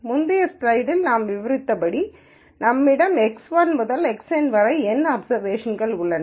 முந்தைய ஸ்லைடில் நாம் விவரித்தபடி நம்மிடம் x1 முதல் xN வரை N அப்சர்வேஷன்கள் உள்ளன